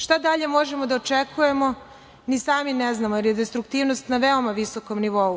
Šta dalje možemo da očekujemo ni sami ne znamo, jer je destruktivnost na veoma visokom nivou.